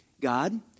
God